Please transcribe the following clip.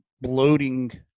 bloating